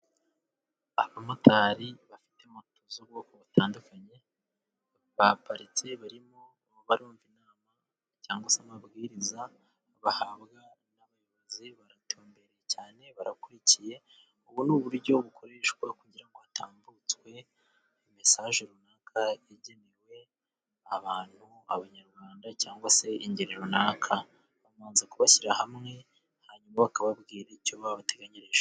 Abamotari bafite moto z'ubwoko butandukanye, baparitse barimo barumva inama cyangwa se amabwiriza bahabwa n'abayobozi. Baratumbereye cyane, barakurikiye. Ubu ni uburyo bukoreshwa kugira ngo hatambutswe mesaje runaka yagenewe abantu. Abanyarwanda cyangwa se ingeri runaka, babanza kubashyira hamwe, hanyuma bakababwira icyo babateganyirije.